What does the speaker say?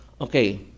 Okay